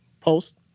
post